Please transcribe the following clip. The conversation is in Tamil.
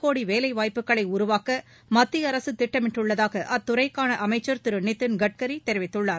கோடி வேலைவாய்ப்புகளை உருவாக்க மத்திய அரசு திட்டமிட்டுள்ளதாக அத்துறைக்கான அமைச்சர் திரு நிதின் கட்கரி தெரிவித்துள்ளார்